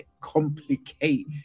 complicate